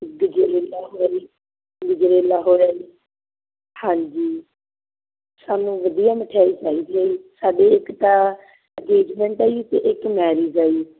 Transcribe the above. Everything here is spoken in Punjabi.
ਗਜਰੇਲਾ ਹੋਇਆ ਜੀ ਗਜਰੇਲਾ ਹੋਇਆ ਜੀ ਹਾਂਜੀ ਸਾਨੂੰ ਵਧੀਆ ਮਠਿਆਈ ਚਾਹੀਦੀ ਹੈ ਜੀ ਸਾਡੇ ਇੱਕ ਤਾਂ ਅਗੇਜਮੈਂਟ ਆ ਜੀ ਅਤੇ ਇੱਕ ਮੈਰਿਜ ਆ ਜੀ